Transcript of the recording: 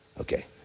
Okay